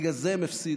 בגלל זה הם הפסידו,